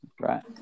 Right